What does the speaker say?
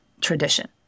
tradition